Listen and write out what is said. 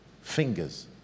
fingers